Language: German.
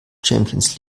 champions